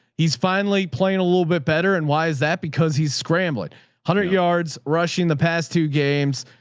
he's finally playing a little bit better. and why is that? because he's scrambling a hundred yards rushing the past two games.